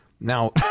Now